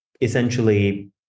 essentially